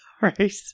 Right